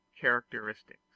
characteristics